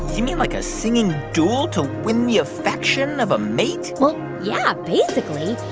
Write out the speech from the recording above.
you mean like a singing duel to win the affection of a mate? well, yeah, basically.